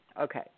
Okay